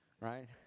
right